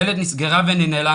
הדלת נסגרה וננעלה,